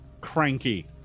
cranky